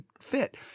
fit